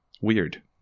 weird